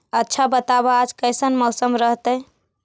आच्छा बताब आज कैसन मौसम रहतैय?